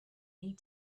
need